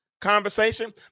conversation